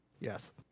Yes